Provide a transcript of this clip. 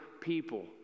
people